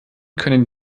können